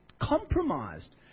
compromised